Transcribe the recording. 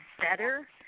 better